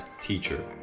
Teacher